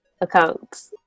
accounts